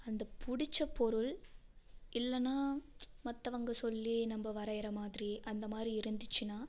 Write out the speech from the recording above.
அந்த பிடிச்ச பொருள் இல்லைன்னா மற்றவங்க சொல்லி நம்ப வரைகிற மாதிரி அந்த மாதிரி இருந்துச்சின்னால்